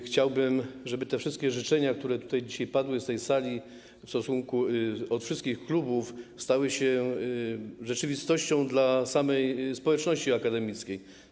Chciałbym, żeby te wszystkie życzenia, które dzisiaj padły z tej sali od wszystkich klubów, stały się rzeczywistością dla samej społeczności akademickiej.